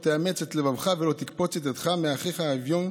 לא תאמץ את לבבך ולא תקפץ את ידך מאחיך האביון.